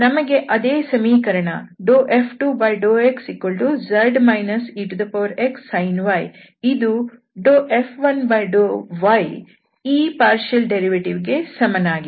ನಮಗೆ ಅದೇ ಸಮೀಕರಣ F2∂xz exsin y ಇದು F1∂y ಈ ಭಾಗಶಃ ಉತ್ಪನ್ನಕ್ಕೆ ಸಮನಾಗಿದೆ